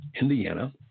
Indiana